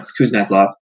Kuznetsov